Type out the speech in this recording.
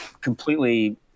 completely